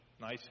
Nice